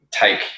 take